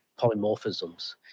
polymorphisms